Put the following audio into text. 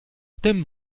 tym